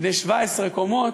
בני שבע-עשרה קומות.